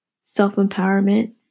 self-empowerment